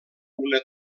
una